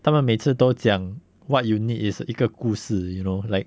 他们每次都讲 what you need is 一个故事 you know like